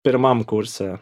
pirmam kurse